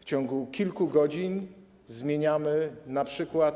W ciągu kilku godzin zmieniamy np.